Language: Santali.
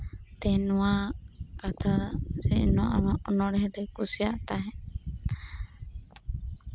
ᱛᱮᱦᱤᱧ ᱱᱚᱣᱟ ᱠᱟᱛᱷᱟ ᱥᱮ ᱱᱚᱣᱟ ᱚᱱᱚᱬᱦᱮᱸ ᱫᱚᱭ ᱠᱩᱥᱤᱭᱟᱜ ᱛᱟᱦᱮᱸᱫ